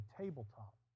tabletop